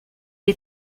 est